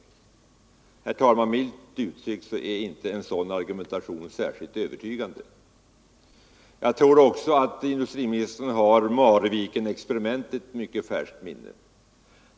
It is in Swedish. Herr talman! Milt uttryckt är en sådan argumentering inte särskilt övertygande. Jag tycker också att industriministern borde ha Marvikenexperimentet i färskt minne.